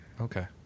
Okay